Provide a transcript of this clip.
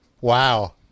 Wow